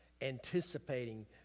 anticipating